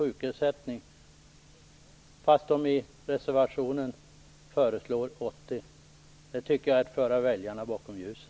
Det tycker jag är att föra väljarna bakom ljuset.